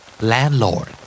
Landlord